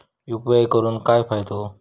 UPI करून काय फायदो?